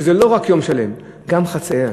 שלא רק יום שלם, גם חצאי ימים.